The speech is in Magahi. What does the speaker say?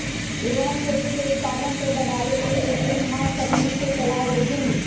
रोहन खेती के उत्पादन के बढ़ावे के लेल ग्रीनहाउस तकनिक के सलाह देलथिन